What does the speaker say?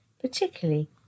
particularly